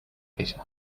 better